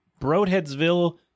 Broadheadsville